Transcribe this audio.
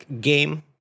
game